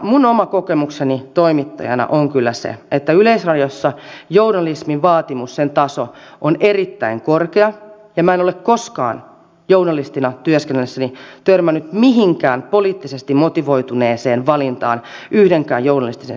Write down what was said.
minun oma kokemukseni toimittajana on kyllä se että yleisradiossa journalismin vaatimustaso on erittäin korkea ja minä en ole koskaan journalistina työskennellessäni törmännyt mihinkään poliittisesti motivoituneeseen valintaan yhdenkään journalistisen sisällön kohdalla